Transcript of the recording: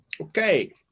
okay